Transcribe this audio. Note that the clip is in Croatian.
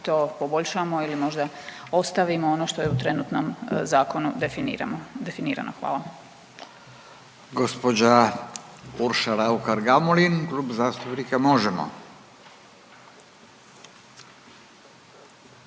to poboljšamo ili možda ostavimo ono što je u trenutnom zakonu definiramo,